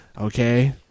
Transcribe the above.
Okay